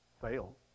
fail